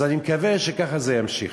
אז אני מקווה שככה זה יימשך.